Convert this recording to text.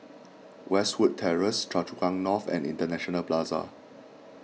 Westwood Terrace Choa Chu Kang North and International Plaza